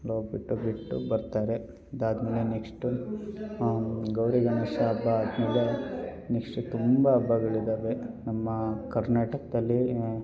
ಅಲ್ಲೋಗಿಬಿಟ್ಟು ಬಿಟ್ಟು ಬರ್ತಾರೆ ಅದಾದ್ಮೇಲೆ ನೆಕ್ಸ್ಟ್ ಗೌರಿ ಗಣೇಶ ಹಬ್ಬ ಆದ್ಮೇಲೆ ನೆಕ್ಸ್ಟ್ ತುಂಬ ಹಬ್ಬಗಳಿದ್ದಾವೆ ನಮ್ಮ ಕರ್ನಾಟಕದಲ್ಲಿ